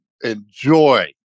enjoy